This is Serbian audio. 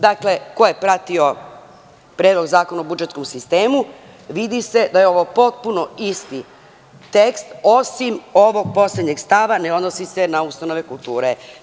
Dakle, ko je pratio Predlog zakona o budžetskom sistemu, vidi se da je ovo potpuno isti tekst, osim ovog poslednjeg stava, ne odnosi se na ustanove kulture.